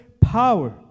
power